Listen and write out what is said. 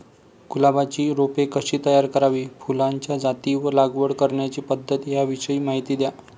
गुलाबाची रोपे कशी तयार करावी? फुलाच्या जाती व लागवड करण्याची पद्धत याविषयी माहिती द्या